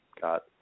got